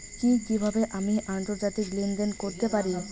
কি কিভাবে আমি আন্তর্জাতিক লেনদেন করতে পারি?